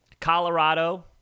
Colorado